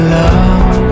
love